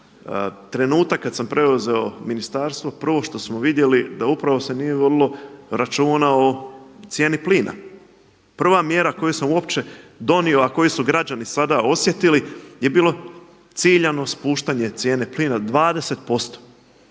trenutak kad sam preuzeo ministarstvo prvo što smo vidjeli da upravo se nije vodilo računa o cijeni plina. Prva mjera koju sam uopće donio, a koju su građani sada osjetili je bilo ciljano spuštanje cijene plina 20%.